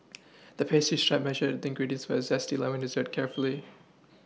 the pastry chef measured the ingredients for a zesty lemon dessert carefully